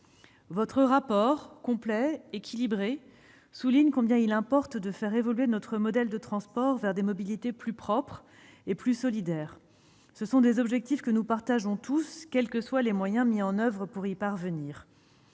sénatoriale, complet et équilibré, souligne combien il importe de faire évoluer notre modèle de transport vers des mobilités plus propres et plus solidaires. Ce sont des objectifs que nous partageons tous, quels que soient les moyens mis en oeuvre pour y parvenir.